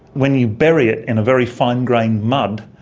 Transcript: when you bury it in a very fine-grained mud,